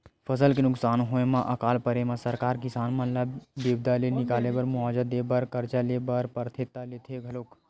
फसल के नुकसान होय म अकाल परे म सरकार किसान मन ल बिपदा ले निकाले बर मुवाजा देय बर करजा ले बर परथे त लेथे घलोक